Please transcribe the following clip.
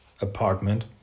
apartment